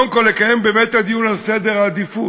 קודם כול לקיים באמת את הדיון על סדר העדיפויות,